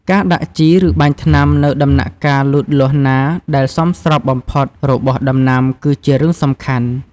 ការដាក់ជី ឬបាញ់ថ្នាំនៅដំណាក់កាលលូតលាស់ណាដែលសមស្របបំផុតរបស់ដំណាំ គឺជារឿងសំខាន់។